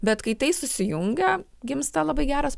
bet kai tai susijungia gimsta labai geras